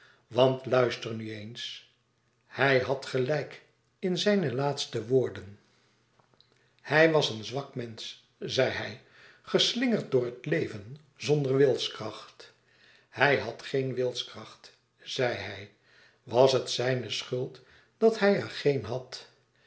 want luister nu eens hij had gelijk in zijne laatste woorden hij was een zwak mensch zei hij geslingerd door het leven zonder wilskracht hij had geen wilskracht zei hij was het zijne schuld dat hij er geen had